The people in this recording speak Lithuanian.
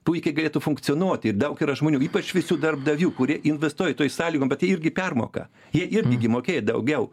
puikiai galėtų funkcionuoti ir daug yra žmonių ypač šviesių darbdavių kurie investuoja tom sąlygom bet irgi permoka jie irgi gi mokėjo daugiau